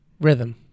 Rhythm